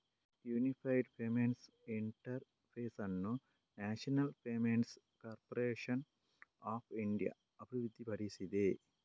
unified payments interface ಅನ್ನು national payments corporation of India ಅಭಿವೃದ್ಧಿಪಡಿಸಿದೆ